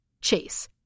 Chase